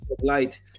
light